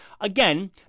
Again